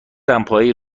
دمپایی